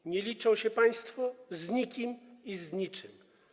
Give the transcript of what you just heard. Tu nie liczą się państwo z nikim i z niczym.